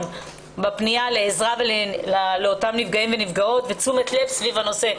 בפניה לעזרה לאותם נפגעים ונפגעות ותשומת לב סביב הנושא.